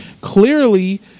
Clearly